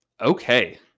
Okay